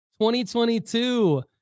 2022